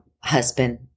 husband